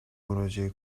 مراجعه